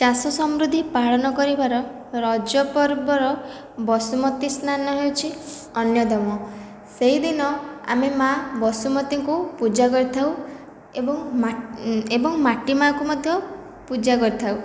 ଚାଷ ସମୃଦ୍ଧି ପାଳନ କରିବାର ରଜ ପର୍ବର ବସୁମତୀ ସ୍ନାନ ହେଉଛି ଅନ୍ୟତମ ସେହିଦିନ ଆମେ ମା' ବସୁମତୀଙ୍କୁ ପୂଜା କରିଥାଉ ଏବଂ ଏବଂ ମାଟି ମା'ଙ୍କୁ ମଧ୍ୟ ପୂଜା କରିଥାଉ